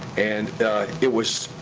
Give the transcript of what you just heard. and it was.